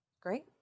Great